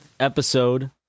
episode